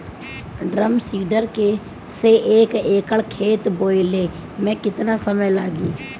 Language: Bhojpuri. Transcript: ड्रम सीडर से एक एकड़ खेत बोयले मै कितना समय लागी?